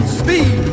speed